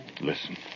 Listen